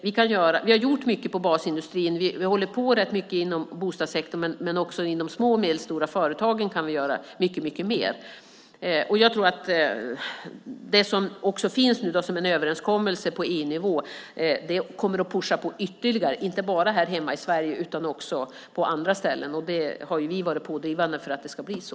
Vi har gjort mycket på basindustriområdet och håller på med rätt mycket inom bostadssektorn, men också när det gäller de små och medelstora företagen kan vi göra mycket mer. Också det som nu finns som en överenskommelse på EU-nivå kommer, tror jag, att ytterligare pusha, inte bara här i Sverige utan också på andra ställen. Vi har varit pådrivande för att det ska bli så.